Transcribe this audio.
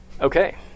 Okay